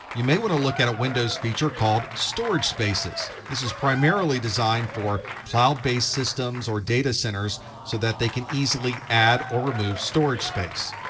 you may want to look at a windows feature called storage spaces. this is primarily designed for cloud-based systems or data centers so that they can easily add or remove storage space.